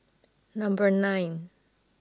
Number nine